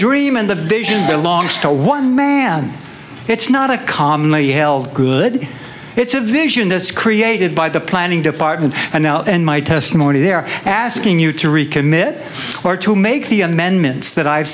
dream and the vision belongs to one man it's not a commonly held good it's a vision this created by the planning department and now in my testimony they're asking you to recommit or to make the amendments that i've